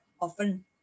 often